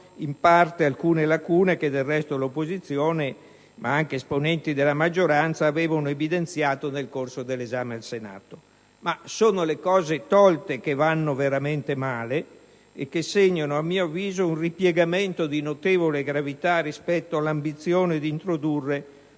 in parte alcune lacune che l'opposizione, ma anche esponenti della maggioranza avevano evidenziato nel corso dell'esame al Senato. Sono le cose tolte, però, che vanno veramente male e che segnano, a mio avviso, un ripiegamento di notevole gravità rispetto all'ambizione di introdurre